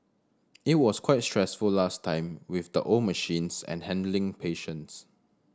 it was quite stressful last time with the old machines and handling patients